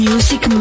Music